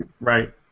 Right